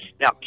Now